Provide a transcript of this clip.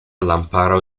lámpara